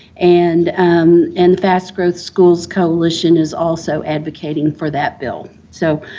and um and the fast-growth schools coalition is also advocating for that bill. so,